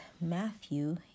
Matthew